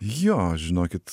jo žinokit